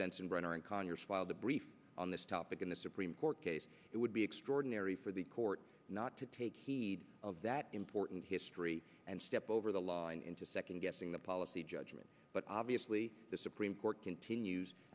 sensenbrenner and conyers filed a brief on this topic in the supreme court case it would be extraordinary for the court not to take heed of that important history and step over the line into second guessing the policy judgment but obviously the supreme court continues